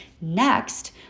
Next